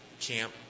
camp